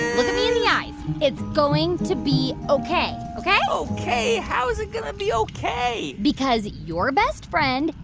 look at me in the eyes. it's going to be ok. ok? ok. how is it going to be ok? because your best friend,